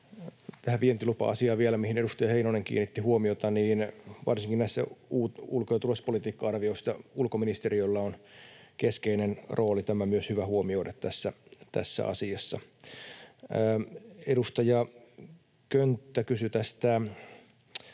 Tähän vientilupa-asiaan vielä, mihin edustaja Heinonen kiinnitti huomiota. Varsinkin näissä ulko- ja turvallisuuspolitiikka-arvioissa ulkoministeriöllä on keskeinen rooli. Myös tämä on hyvä huomioida tässä asiassa. Edustaja Könttä toi